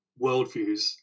worldviews